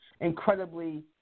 incredibly